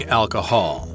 alcohol